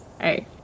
Hey